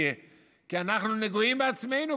כי אנחנו נגועים בעצמנו,